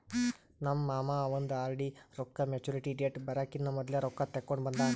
ನಮ್ ಮಾಮಾ ಅವಂದ್ ಆರ್.ಡಿ ರೊಕ್ಕಾ ಮ್ಯಚುರಿಟಿ ಡೇಟ್ ಬರಕಿನಾ ಮೊದ್ಲೆ ರೊಕ್ಕಾ ತೆಕ್ಕೊಂಡ್ ಬಂದಾನ್